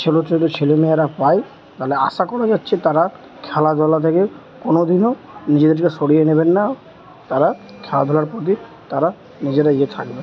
ছোটো ছোটো ছেলে মেয়েরা পায় তাহলে আশা করা যাচ্ছে তারা খেলাধোলা থেকে কোনো দিনও নিজেদের সরিয়ে নেবেন না তারা খেলাধুলার প্রতি তারা নিজেরা ইয়ে থাকবে